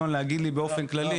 להגיד לי 6 מיליון באופן כללי --- לא,